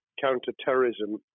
counter-terrorism